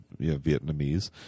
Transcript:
Vietnamese